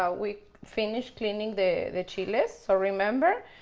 ah we finish cleaning the the chilies. remember,